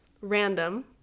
random